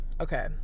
Okay